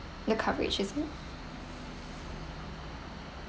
the coverage isn't it